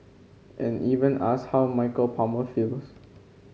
and even asked how Michael Palmer feels